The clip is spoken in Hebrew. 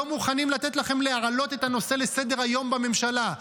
לא מוכנים לתת לכם להעלות את הנושא לסדר-היום בממשלה.